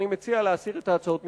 אני מציע להסיר את ההצעות מסדר-היום.